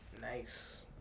nice